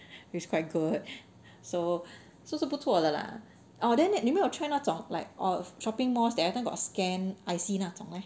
it's quite good so 是不是不错的 lah ah then 你们有 try 那种 like of shopping malls that every time got scan I_C 那种 leh